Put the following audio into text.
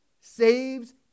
saves